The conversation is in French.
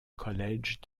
college